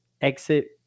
exit